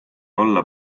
olla